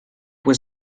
was